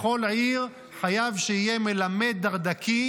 בכל עיר חייב שיהיה מלמד דרדקי,